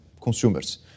consumers